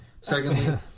Secondly